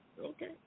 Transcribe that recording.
okay